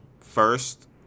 first